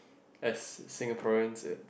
as Singaporeans it's